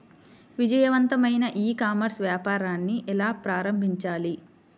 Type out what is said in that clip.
విజయవంతమైన ecommerce వ్యాపారాన్ని ఎలా ప్రారంభించాలి?